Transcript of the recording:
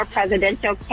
Presidential